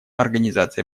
организации